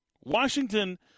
Washington